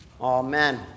Amen